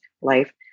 life